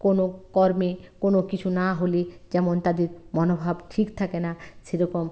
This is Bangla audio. কোনো কর্মে কোনো কিছু না হলে যেমন তাদের মনোভাব ঠিক থাকে না সেরকম